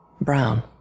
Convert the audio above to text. Brown